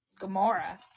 gamora